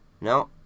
No